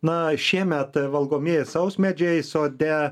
na šiemet valgomieji sausmedžiai sode